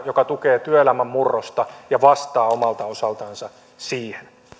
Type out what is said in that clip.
joka tukee työelämän murrosta ja vastaa omalta osaltansa siihen